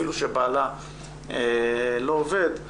אפילו שבעלה לא עובד,